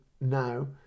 now